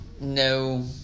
No